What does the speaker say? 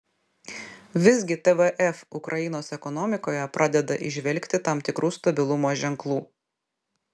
visgi tvf ukrainos ekonomikoje pradeda įžvelgti tam tikrų stabilumo ženklų